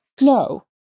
No